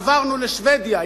עברנו לשבדיה,